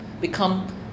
become